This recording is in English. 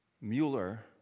Mueller